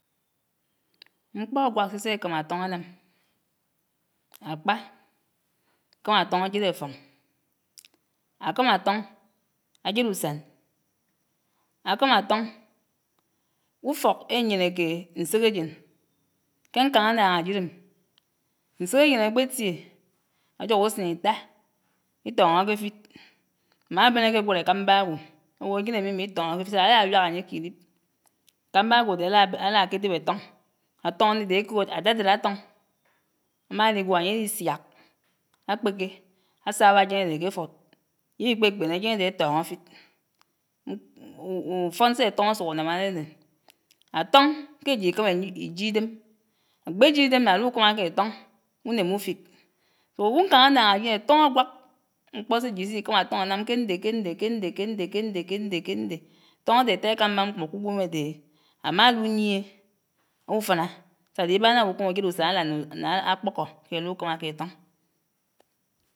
Mkpó ágwák sésé ékámá átóñ énám. Ákpá, ákámá átóñ ájéd àfóñ, ákámá átóñ ájed usán, ákámá átóñ. Ufók éyénéké ñsékájén ké ñkáñ ánnáñ ájid'em, ñsékájén ákpétié ájóhó usén ítá ítóñóké'fid ámábén ákégwód ékámbá ágwo áwò ájén ámíámí ítóñóké áfid so that áyá wiák ányé k'ídíb, ékámbá ágwodé álá álákédeb átóñ, átóñ ándédé ékòòd ádàdàd átóñ, 'mádígwó ányédí síák, ákpéké, ásáábá ájén ádé k'éfud, íwí kpékpéné ájén ádé átóñó áfíd ufón sé átóñ ásuk ánám ádédé. Átóñ ké ájíd íkámá íj'ídem, ákpé j'ídém ná álukámáké átóñ, unémé ufík ukáñ ánááñ ájid'ém átóñ ágwák mkpó séjid ís'íkámá átóñ ánám ké ñdé ké ñdé ké ñdé ké ñdé ké ñdé ké ñdé ké ñdé. Átóñ ádé átáá ékámbá mkpó k'uwém, ádéhé ámáluyiéhé, ufáná sádé íbágá náñá ábukán ujéd usán álán ná ákpókó ké álukámáké átóñ.